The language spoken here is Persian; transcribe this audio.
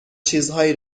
چیزهایی